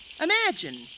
Imagine